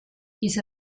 his